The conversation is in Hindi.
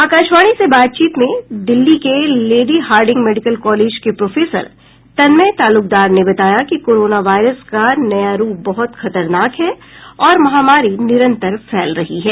आकाशवाणी से बातचीत में दिल्ली के लेडी हार्डिंग मेडिकल कॉलेज के प्रोफेसर तन्मय ताल्लुकदार ने बताया कि कोरोना वायरस का नया रूप बहुत खतरनाक है और महामारी निरंतर फैल रही है